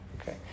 Okay